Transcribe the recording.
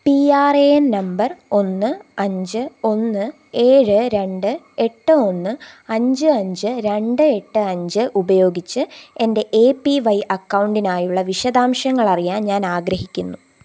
P R A N number ഒന്ന് അഞ്ച് ഒന്ന് ഏഴ് രണ്ട് എട്ട് ഒന്ന് അഞ്ച് അഞ്ച് രണ്ട് എട്ട് അഞ്ച് ഉപയോഗിച്ച് എൻ്റെ എ പി വൈ അക്കൗണ്ടിനായുള്ള വിശദാംശങ്ങൾ അറിയാൻ ഞാൻ ആഗ്രഹിക്കുന്നു